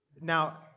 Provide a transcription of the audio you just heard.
now